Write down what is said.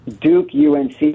Duke-UNC